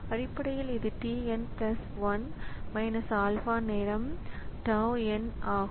அடிப்படையில் இது t n 1 alpha நேரம் tau n ஆகும்